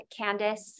Candice